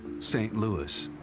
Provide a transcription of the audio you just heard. st louis.